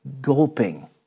gulping